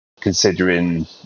considering